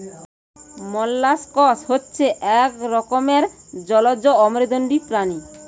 molluscs হচ্ছে এক রকমের জলজ অমেরুদন্ডী প্রাণী